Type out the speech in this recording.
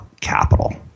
capital